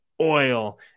oil